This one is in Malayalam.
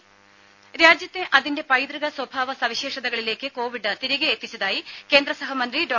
രും രാജ്യത്തെ അതിന്റെ പൈതൃകസ്വഭാവ സവിശേഷതകളിലേക്ക് കൊവിഡ് തിരികെ എത്തിച്ചതായി കേന്ദ്രസഹമന്ത്രി ഡോ